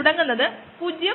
അതാണ് fed batch